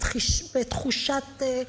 בתחושת,